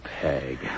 Peg